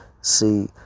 see